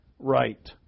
right